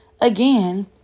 again